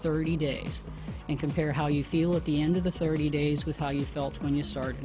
thirty days and compare how you feel at the end of the thirty days was how you felt when you start